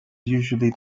usually